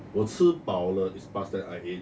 我吃饱了 is past tense I ate